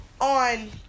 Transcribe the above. on